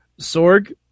Sorg